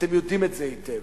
אתם יודעים את זה היטב.